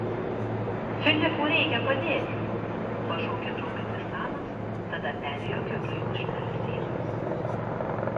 filipui reikia padėti pašaukė draugę tristanas tada perėjo kiaurai lūšnelės sienas